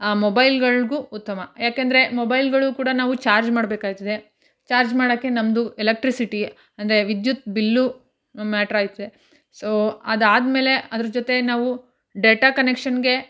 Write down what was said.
ಆ ಮೊಬೈಲ್ಗಳಿಗೂ ಉತ್ತಮ ಯಾಕೆಂದರೆ ಮೊಬೈಲ್ಗಳು ಕೂಡ ನಾವು ಚಾರ್ಜ್ ಮಾಡಬೇಕಾಯ್ತದೆ ಚಾರ್ಜ್ ಮಾಡೋಕ್ಕೆ ನಮ್ಮದು ಎಲೆಕ್ಟ್ರಸಿಟಿ ಅಂದರೆ ವಿದ್ಯುತ್ ಬಿಲ್ಲು ಮ್ಯಾಟ್ರಾಗ್ತದೆ ಸೊ ಅದಾದ್ಮೇಲೆ ಅದ್ರ ಜೊತೆ ನಾವು ಡೇಟಾ ಕನೆಕ್ಷನ್ಗೆ